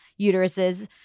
uteruses